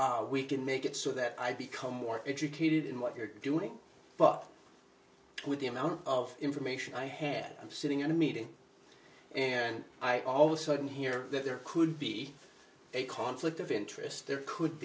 we can make it so that i become more educated in what you're doing but with the amount of information i had of sitting in a meeting and i also didn't hear that there could be a conflict of interest there could